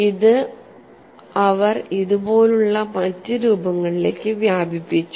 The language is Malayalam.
ഇത് അവർ ഇതുപോലുള്ള മറ്റ് രൂപങ്ങളിലേക്ക് വ്യാപിപ്പിച്ചു